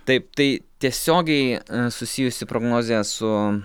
taip tai tiesiogiai susijusi prognozė su